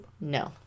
No